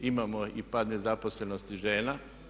Imamo i pad nezaposlenosti žena.